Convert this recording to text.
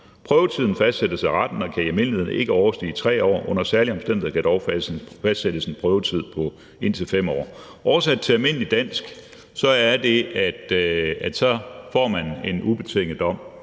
Prøvetiden fastsættes af retten og kan i almindelighed ikke overstige 3 år. Under særlige omstændigheder kan dog fastsættes en prøvetid på indtil 5 år.« Oversat til almindeligt dansk betyder det, at man får en ubetinget dom,